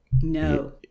no